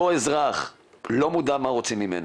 אותו אזרח לא מודע למה שרוצים ממנו,